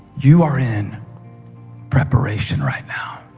you are in preparation right now.